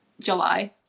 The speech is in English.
july